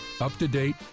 up-to-date